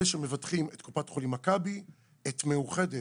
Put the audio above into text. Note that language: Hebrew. אלה שמבטחים את קופת חולים מכבי, את מאוחדת